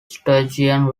sturgeon